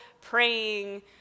praying